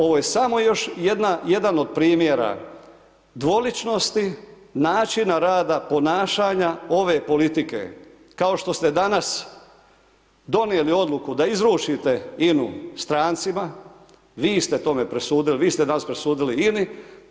Ovo je samo još jedna, jedan od primjera dvoličnosti, načina rada, ponašanja ove politike, kao što ste danas donijeli odluku da izručite INA-u strancima, vi ste tome presudili, vi ste danas presudili INA-i.